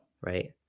Right